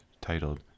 titled